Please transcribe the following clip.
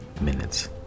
minutes